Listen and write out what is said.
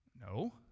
No